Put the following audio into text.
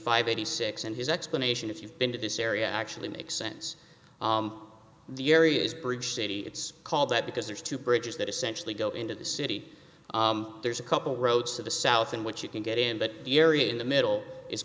five eighty six and his explanation if you've been to this area actually makes sense the area is bridge city it's called that because there are two bridges that essentially go into the city there's a couple roads to the south in which you can get in but the area in the middle is